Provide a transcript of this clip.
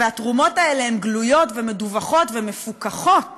והתרומות האלה גלויות, מדווחות ומפוקחות